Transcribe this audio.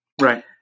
Right